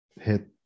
hit